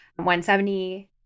170